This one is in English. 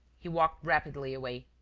he walked rapidly away.